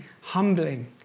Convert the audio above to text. humbling